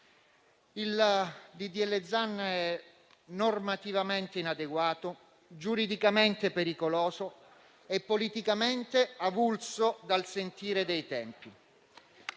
Il provvedimento è normativamente inadeguato, giuridicamente pericoloso e politicamente avulso dal sentire dei tempi.